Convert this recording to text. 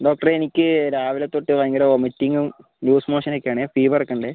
ഡോക്ടറേ എനിക്ക് രാവിലെ തൊട്ട് ഭയങ്കര വൊമിറ്റിംഗും ലൂസ് മോഷനൊക്കെയാണ് ഫീവറൊക്കെയുണ്ട്